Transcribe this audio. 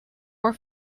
more